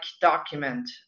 document